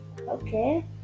Okay